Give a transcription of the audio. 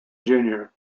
junior